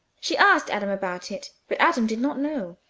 she asked adam about it, but adam did not know.